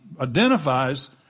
identifies